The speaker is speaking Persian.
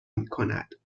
میکند